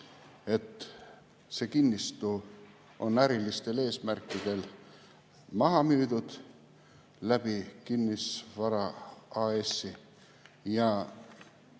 et see kinnistu on ärilistel eesmärkidel maha müüdud [Riigi] Kinnisvara AS‑i